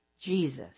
Jesus